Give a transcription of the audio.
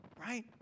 right